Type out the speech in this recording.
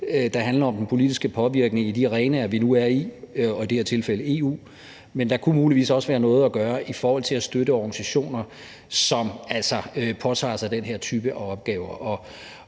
der handler om den politiske påvirkning i de arenaer, vi nu er i – i det her tilfælde EU – men der kunne muligvis også være noget at gøre i forhold til at støtte organisationer, som altså påtager sig den her type af opgaver.